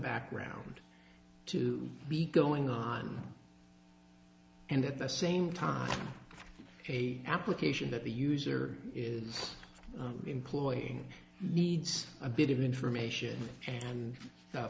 background to be going on and at the same time a application that the user is employing needs a bit of information and